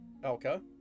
Elka